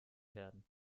werden